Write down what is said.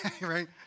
Right